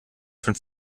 von